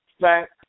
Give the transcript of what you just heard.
fact